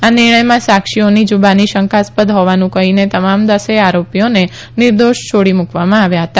આ નિર્ણયમાં સાક્ષીઓની જુબાની શંકાસ્પદ હોવાનું કઠીને તમામ દસેથ આરોપીઓને નિર્દોશ છોડી મુકવામાં આવ્યા હતા